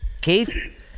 Keith